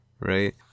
right